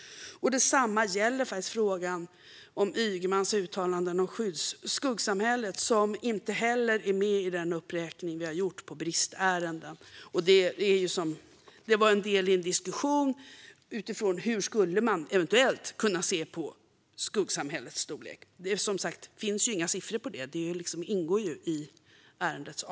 Detsamma gäller Ygemans uttalande om skuggsamhället, som inte heller är med i den uppräkning vi har gjort över bristärenden.